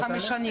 אתכם.